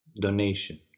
donation